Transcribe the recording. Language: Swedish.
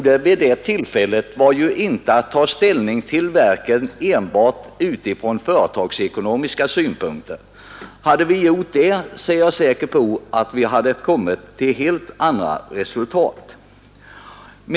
Den gången tog vi inte ställning till verken enbart utifrån företagsekonomiska synpunkter. Om vi hade gjort det är jag säker på att vi hade kommit till helt andra resultat.